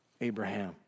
Abraham